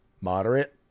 moderate